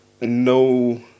no